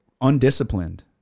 undisciplined